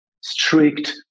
strict